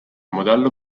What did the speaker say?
modello